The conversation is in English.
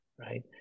right